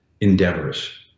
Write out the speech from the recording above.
endeavors